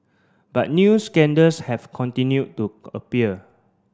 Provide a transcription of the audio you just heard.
but new scandals have continued to appear